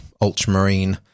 ultramarine